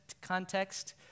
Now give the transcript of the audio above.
context